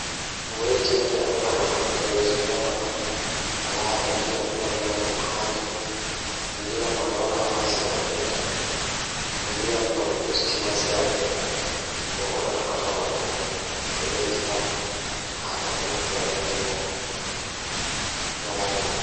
Jokkondir thermometer, miɗo waawi njiddude ko digital walla thermometer nder subaka. Jokkondir thermometer ngal e ndiyam ngam njiddaade, heɓe sabu so tawii njiddude nder kisal ngal. Fota njiddude sabu ndaarayde nder ɓandu ngal so tawii njiddude kaŋko. Holla ɗum ɓuri, jokkondir sabu ko njiddaade kaŋko.